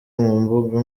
mbuga